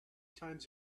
times